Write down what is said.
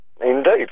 Indeed